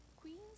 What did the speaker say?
Queens